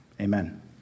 Amen